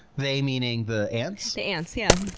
they meaning the ants? the ants, yeah.